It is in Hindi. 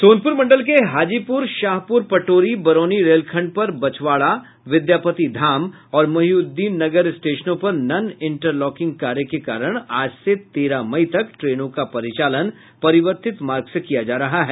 सोनपूर मंडल के हाजीपूर शाहपूर पटोरी बरौनी रेलखंड पर बछवाड़ा विद्यापति धाम और मोहिउद्दीन नगर स्टेशनों पर नन इंटर लॉकिंग कार्य के कारण आज से तेरह मई तक ट्रेनों का परिचालन परिवर्तित मार्ग से किया जा रहा है